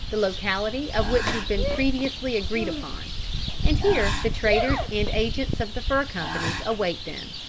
the locality of which has been previously agreed upon and here the traders and agents of the fur companies await them,